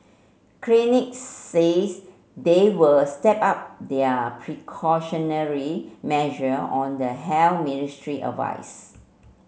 clinics says they will step up their precautionary measure on the Ministry advice